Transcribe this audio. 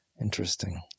interesting